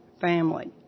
family